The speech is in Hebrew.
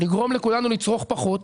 לגרום לכולנו לצרוך פחות.